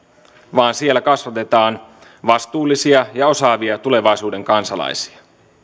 vaan siellä kasvatetaan vastuullisia ja osaavia tulevaisuuden kansalaisia